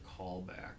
callback